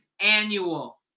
annual